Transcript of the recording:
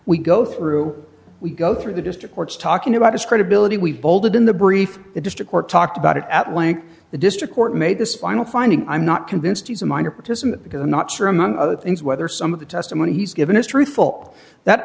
we go through we go through the district court's talking about his credibility we bolted in the brief the district court talked about it at length the district court made this final finding i'm not convinced he's a minor participant because i'm not sure among other things whether some of the testimony he's given is truthful that